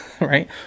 Right